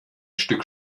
stück